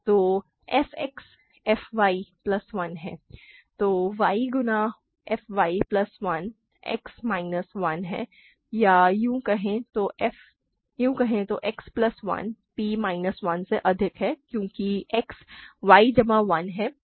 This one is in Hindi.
तो fX fY प्लस 1 है तो y गुना fy प्लस 1 X माइनस 1 है या यूँ कहें कि X प्लस 1 p माइनस 1 से अधिक है क्योंकि X y जमा 1 है